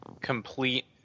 complete